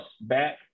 back